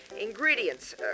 Ingredients